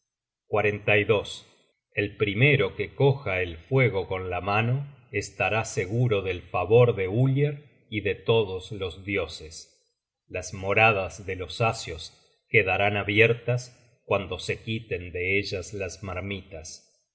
search generated at el primero que coja el fuego con la mano estará seguro del favor de uller y de todos los dioses las moradas de los asios quedarán abiertas cuando se quiten de ellas las marmitas